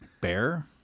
Bear